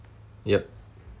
yup